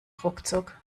ruckzuck